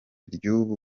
ry’ubu